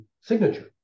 signature